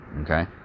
Okay